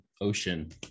ocean